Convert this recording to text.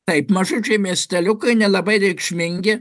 taip mažučiai miesteliukai nelabai reikšmingi